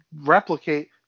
replicate